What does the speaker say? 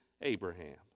Abraham